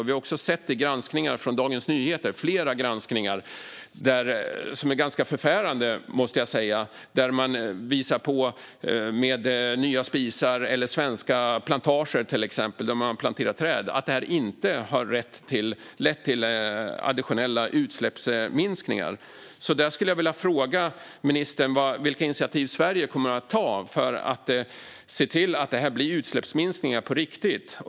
Vi har också sett detta i flera granskningar i Dagens Nyheter som är ganska förfärande, måste jag säga. Där visar man på att nya spisar eller svenska plantager - alltså att man planterar träd - inte har lett till additionella utsläppsminskningar. Jag skulle vilja fråga ministern vilka initiativ Sverige kommer att ta för att se till att det blir utsläppsminskningar på riktigt.